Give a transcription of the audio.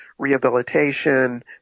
Rehabilitation